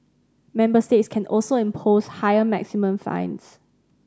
member states can also impose higher maximum fines